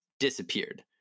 disappeared